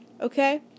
Okay